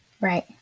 Right